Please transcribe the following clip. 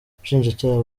ubushinjacyaha